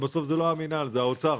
בסוף זה לא המינהל, זה האוצר.